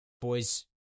Boys